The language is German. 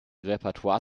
repertoire